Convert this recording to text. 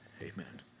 Amen